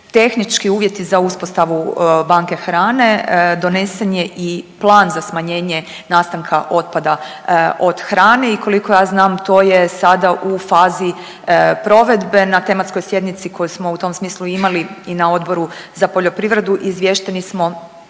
tehnički uvjeti za uspostavu banke hrane, donesen je i plan za smanjenje nastanka otpada od hrane i koliko ja znam to je sada u fazi provedbe. Na tematskoj sjednici koju smo u tom smislu imali i na Odboru za poljoprivredu izvješteni smo